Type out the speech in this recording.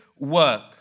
Work